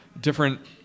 different